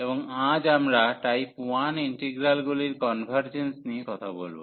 এবং আজ আমরা টাইপ 1 ইন্টিগ্রালগুলির কনভার্জেন্স নিয়ে কথা বলব